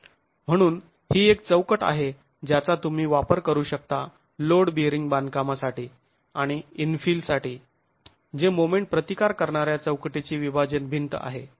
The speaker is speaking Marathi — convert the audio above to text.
म्हणून ही एक चौकट आहे ज्याचा तुम्ही वापर करू शकता लोड बियरींग बांधकामासाठी आणि इनफिल साठी जे मोमेंट प्रतिकार करणाऱ्या चौकटीची विभाजन भिंत आहे